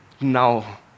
now